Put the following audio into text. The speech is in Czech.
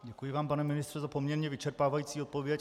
Děkuji vám, pane ministře, za poměrně vyčerpávající odpověď.